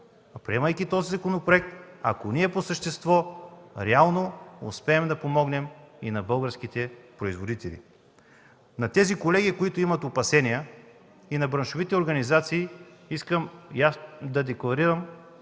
приемайки този законопроект, ако по същество реално успеем да помогнем на българските производители. На колегите, които имат опасения, и на браншовите организации искам като